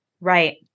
Right